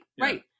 right